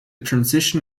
transition